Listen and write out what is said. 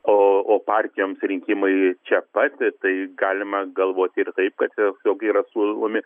o o partijoms rinkimai čia pat tai galima galvoti ir taip kad tiesiog yra siūlomi